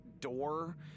door